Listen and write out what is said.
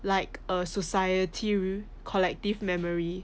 like a society collective memory